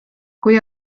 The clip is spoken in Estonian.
kui